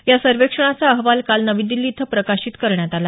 या सर्वेक्षणाचा अहवाल काल नवी दिल्ली इथं प्रकाशित करण्यात आला